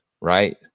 right